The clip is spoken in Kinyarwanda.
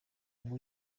ngo